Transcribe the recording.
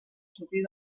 sortir